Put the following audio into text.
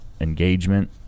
engagement